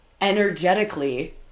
energetically